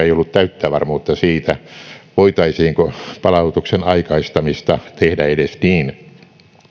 ei ollut täyttä varmuutta siitä voitaisiinko palautuksen aikaistamista tehdä edes niin